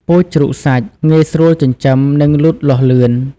ពូជជ្រូកសាច់ ងាយស្រួលចិញ្ចឹម និងលូតលាស់លឿន។